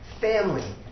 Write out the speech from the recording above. family